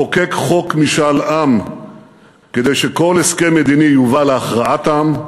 לחוקק חוק משאל עם כדי שכל הסכם מדיני יובא להכרעת העם,